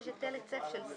ויש היטל היצף של סינרג'י,